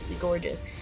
gorgeous